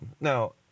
Now